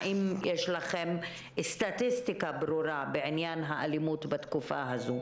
האם יש לכם סטטיסטיקה ברורה בעניין האלימות בתקופה הזאת?